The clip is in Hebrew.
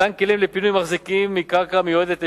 מתן כלים לפינוי מחזיקים מקרקע המיועדת לבנייה,